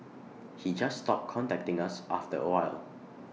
he just stopped contacting us after A while